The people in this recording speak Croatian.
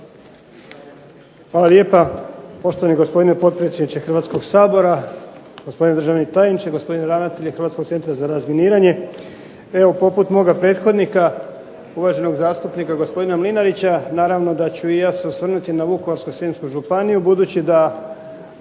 Hvala lijepa. Poštovani gospodine potpredsjedniče Hrvatskog sabora, gospodine državni tajniče, gospodine ravnatelju Hrvatskog centra za razminiranje. Evo poput moga prethodnika uvaženog zastupnika gospodina Mlinarića, naravno da ću i ja se osvrnuti na Vukovarsko-srijemsku županiju, budući da